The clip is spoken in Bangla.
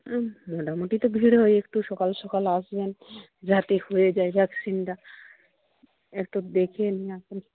মোটামুটি তো ভিড় হয় একটু সকালে আসবেন যাতে হয়ে যায় ভ্যাকসিনটা একটু দেখিয়ে নিন আপনি